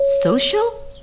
social